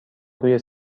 روی